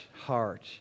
heart